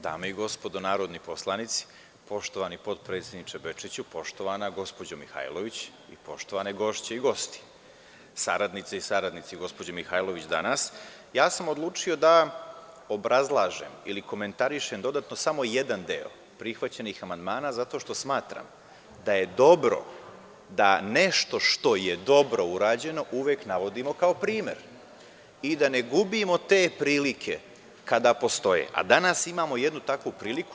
Dame i gospodo narodni poslanici, poštovani potpredsedniče Bečiću, poštovana gospođo Mihajlović i poštovane gošće i gosti, saradnice i saradnici gospođe Mihajlović danas, odlučio sam da obrazlažem ili komentarišem dodatno samo jedan deo prihvaćenih amandmana zato što smatram da je dobro da nešto što je dobro urađeno uvek navodimo kao primer i da ne gubimo te prilike kada postoje, a danas imamo jednu takvu priliku.